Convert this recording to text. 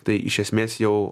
tai iš esmės jau